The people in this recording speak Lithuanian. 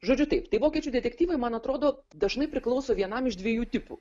žodžiu taip tai vokiečių detektyvai man atrodo dažnai priklauso vienam iš dviejų tipų